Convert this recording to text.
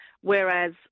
whereas